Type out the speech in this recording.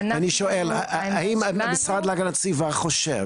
אני שואל: האם מהמשרד להגנת הסביבה חושב